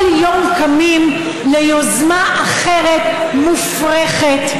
כל יום קמים ליוזמה אחרת, מופרכת,